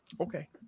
Okay